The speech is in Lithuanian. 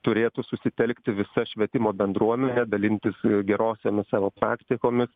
turėtų susitelkti visa švietimo bendruomenė dalintis gerosiomis savo praktikomis